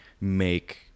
make